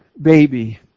baby